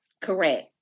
Correct